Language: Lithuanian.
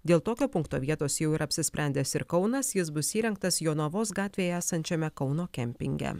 dėl tokio punkto vietos jau yra apsisprendęs ir kaunas jis bus įrengtas jonavos gatvėje esančiame kauno kempinge